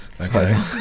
Okay